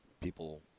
People